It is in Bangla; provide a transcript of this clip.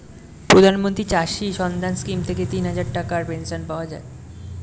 প্রধানমন্ত্রী চাষী মান্ধান স্কিম থেকে তিনহাজার টাকার পেনশন পাওয়া যায়